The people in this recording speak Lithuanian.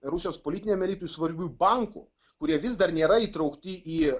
rusijos politiniam elitui svarbių bankų kurie vis dar nėra įtraukti į